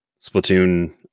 Splatoon